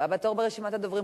הבא בתור ברשימת הדוברים,